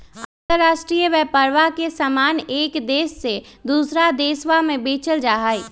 अंतराष्ट्रीय व्यापरवा में समान एक देश से दूसरा देशवा में बेचल जाहई